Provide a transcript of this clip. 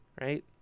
right